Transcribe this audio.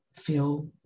feel